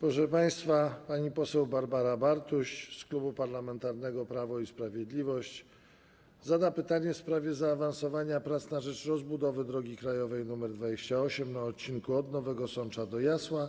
Proszę państwa, pani poseł Barbara Bartuś z Klubu Parlamentarnego Prawo i Sprawiedliwość zada pytanie w sprawie zaawansowania prac na rzecz rozbudowy drogi krajowej nr 28 na odcinku od Nowego Sącza do Jasła,